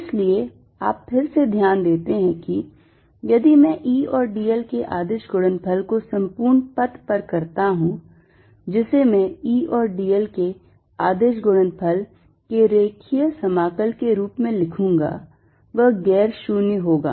इसलिए आप फिर से ध्यान देते हैं कि यदि मैं E और dl के अदिश गुणनफल को संपूर्ण पथ पर करता हूं जिसे मैं E और dl के अदिश गुणनफल के रेखीय समाकल के रूप में लिखूंगा वह गैर शून्य होगा